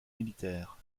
militaire